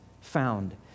found